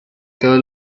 todos